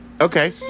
Okay